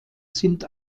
sind